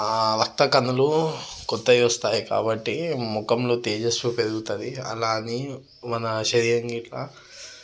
ఆ రక్త కణాలు కొత్తయి వస్తాయి కాబట్టి ముఖములో తేజస్సు పెరుగుతుంది అలా అని మన శరీరం ఇట్లా